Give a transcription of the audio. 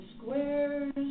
squares